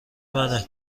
منه